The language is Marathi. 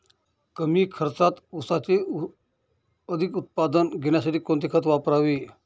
कमी खर्चात ऊसाचे अधिक उत्पादन घेण्यासाठी कोणते खत वापरावे?